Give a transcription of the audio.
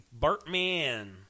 Bartman